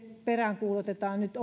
peräänkuulutetaan nyt